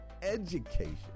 education